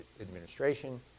administration